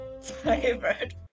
...favorite